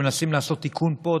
מנסים לעשות תיקון פה,